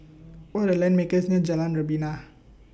What Are The Land makerbs near Jalan Rebana